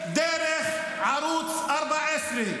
חבר הכנסת אושר שקלים.